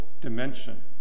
dimension